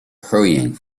hurrying